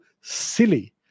silly